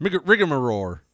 rigamarole